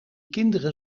kinderen